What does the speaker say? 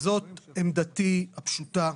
זאת עמדתי הפשוטה,